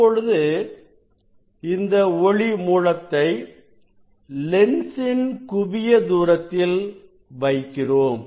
இப்பொழுது இந்த ஒளி மூலத்தை லென்சின் குவிய தூரத்தில் வைக்கிறோம்